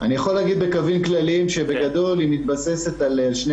אני יכול להגיד בקווים כלליים שבגדול היא מתבססת על שני